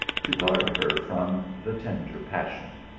to guard her from the tender passion.